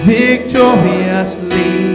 victoriously